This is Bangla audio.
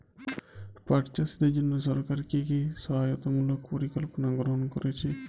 পাট চাষীদের জন্য সরকার কি কি সহায়তামূলক পরিকল্পনা গ্রহণ করেছে?